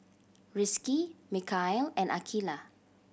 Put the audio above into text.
Rizqi Mikhail and Aqeelah